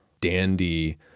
dandy